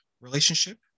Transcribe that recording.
relationship